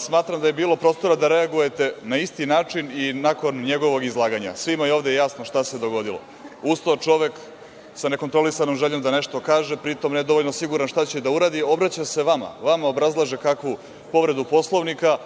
smatram da je bilo prostora da reagujete na isti način i nakon njegovog izlaganja. Svima je ovde jasno šta se dogodilo. Ustao je čovek sa nekontrolisanom željom da nešto kaže, pritom ne dovoljno siguran šta će da uradi, obraća se vama. Vama obrazlaže kakvu povredu Poslovnika,